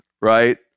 right